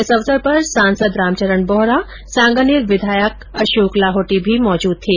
इस अवसर पर सांसद रामचरण बोहरा सांगानेर विधायक अशोक लाहोटी भी मौजूद थे